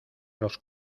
los